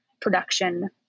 production